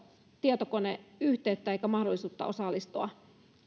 tietokoneyhteyttä eikä mahdollisuutta osallistua